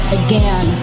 again